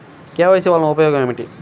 KYC వలన ఉపయోగం ఏమిటీ?